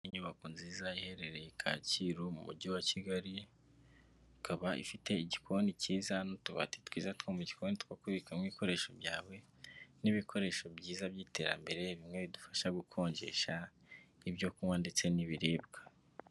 Inyubako nziza iherereye Kacyiru mu mujyi wa Kigali ikaba ifite igikoni cyiza n'utubati twiza two mu gikoni two kubikamo ibikoresho byawe n'ibikoresho byiza by'iterambere bimwe bidufasha gukonjesha ibyo kunywa ndetse n'ibiribwa.